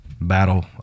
battle